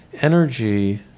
energy